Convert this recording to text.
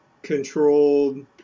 controlled